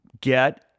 get